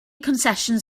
concessions